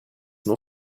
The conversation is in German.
nur